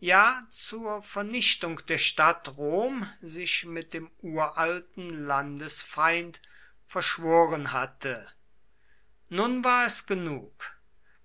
ja zur vernichtung der stadt rom sich mit dem uralten landesfeind verschworen hatte nun war es genug